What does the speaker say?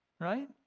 right